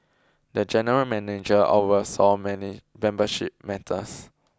the general manager oversaw many membership matters